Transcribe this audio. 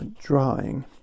Drawing